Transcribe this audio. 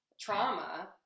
trauma